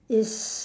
is